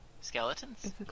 Skeletons